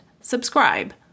Subscribe